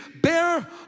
bear